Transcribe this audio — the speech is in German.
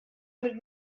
mit